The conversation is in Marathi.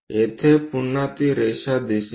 येथे पुन्हा ती रेषा दिसेल